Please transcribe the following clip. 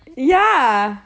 ya